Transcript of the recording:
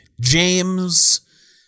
James